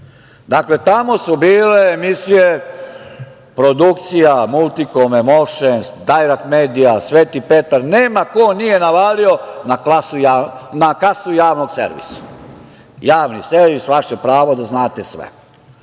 RTS.Dakle, tamo su bile emisije Produkcija, Multikom, Emoušens, Dajrekt Media, Sveti Petar, nema ko nije navalio na kasu javnom servisu. Javni servis vaše pravo da znate sve. Ali,